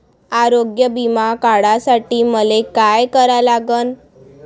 आरोग्य बिमा काढासाठी मले काय करा लागन?